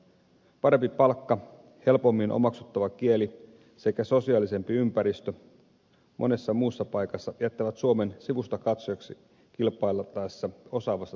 parempi palkka helpommin omaksuttava kieli sekä sosiaalisempi ympäristö monessa muussa paikassa jättävät suomen sivustakatsojaksi kilpailtaessa osaavasta työvoimasta